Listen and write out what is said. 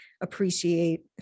appreciate